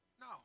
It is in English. No